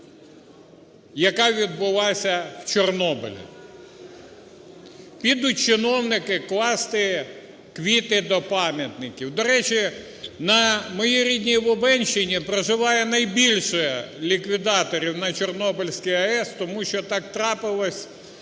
яка відбулася в Чорнобилі. Підуть чиновники класти квіти до пам'ятників. До речі, на моїй рідній Лубенщині проживає найбільше ліквідаторів на Чорнобильській АЕС, тому що так трапилося,